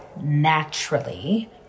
naturally